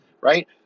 right